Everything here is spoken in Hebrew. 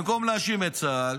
ובמקום להאשים את צה"ל,